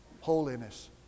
Holiness